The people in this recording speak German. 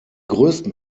größten